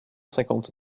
cinquante